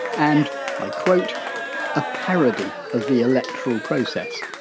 and i quote a parody of the electoral process.